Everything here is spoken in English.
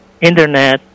Internet